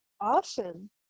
often